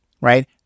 right